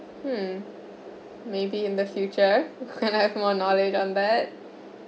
hmm maybe in the future when I have more knowledge on that